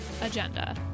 agenda